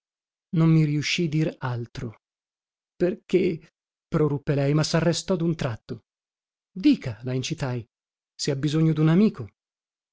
non mi riuscì dir altro perché proruppe lei ma sarrestò dun tratto dica la incitai se ha bisogno dun amico